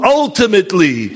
ultimately